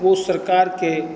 वह सरकार के